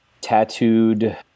tattooed